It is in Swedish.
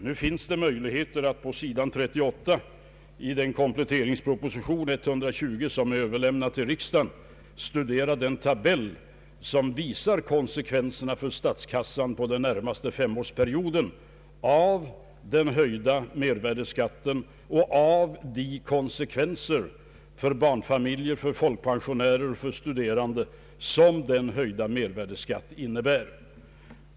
Nu finns det möjligheter att på sidan 38 i kompletteringspropositionen 120 som är överlämnad till riksdagen studera den tabell som visar konsekvenserna för statskassan under den närmaste femårsperioden av den höjda mervärdeskatten och de konsekvenser för barnfamiljerna, folkpensionärerna och de studerande som den höjda mervärdeskatten innebär.